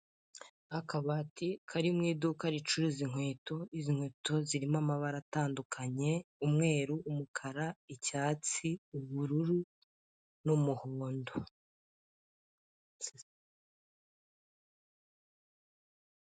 Akabati kari mu iduka ricuruza inkweto izi nkweto zirimo amabara atandukanye umweru, umukara, icyatsi, ubururu n'umuhondo.